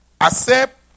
Accept